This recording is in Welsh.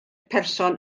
person